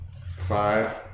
Five